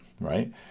right